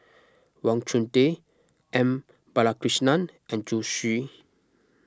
Wang Chunde M Balakrishnan and Zhu Xu